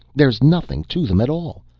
there's nothing to them at all.